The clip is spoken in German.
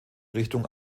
richtung